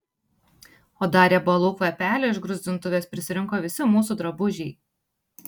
o dar riebalų kvapelio iš gruzdintuvės prisirinko visi mūsų drabužiai